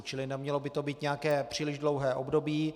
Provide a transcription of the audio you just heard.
Čili nemělo by to být nějaké příliš dlouhé období.